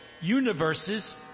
universes